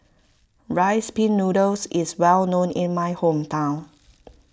Rice Pin Noodles is well known in my hometown